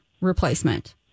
replacement